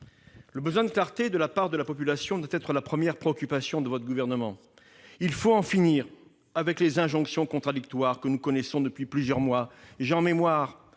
au besoin de clarté de la population doit être la première préoccupation de votre gouvernement : il faut en finir avec les injonctions contradictoires que nous connaissons depuis plusieurs mois. J'ai en mémoire